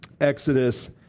Exodus